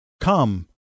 Come